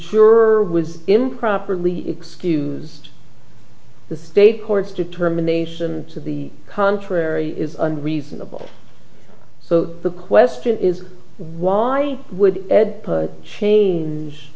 who was improperly excused the state courts to terminations to the contrary is unreasonable so the question is why would ed change